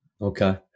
Okay